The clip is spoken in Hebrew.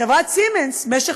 חברת סימנס, במשך